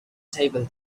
table